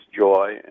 joy